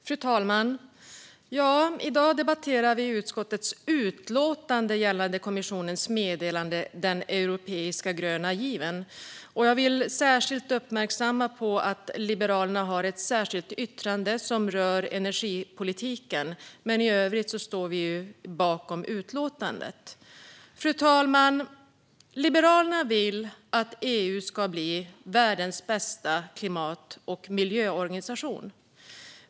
Fru talman! Ja, i dag debatterar vi utskottets utlåtande gällande EU-kommissionens meddelande om den europeiska gröna given. Jag vill uppmärksamma att Liberalerna har ett särskilt yttrande som rör energipolitiken. I övrigt står vi bakom utlåtandet. Fru talman! Liberalerna vill att EU ska bli världens bästa klimat och miljöorganisation.